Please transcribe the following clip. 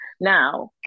Now